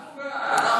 אנחנו בעד.